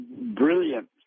brilliant